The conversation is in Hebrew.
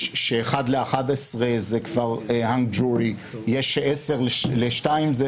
יש שאחד ל-11 זה כבר hung jury, יש עשר לשתיים.